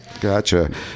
Gotcha